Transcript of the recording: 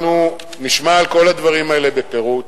אנחנו נשמע על כל הדברים האלה בפירוט,